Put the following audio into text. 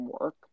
work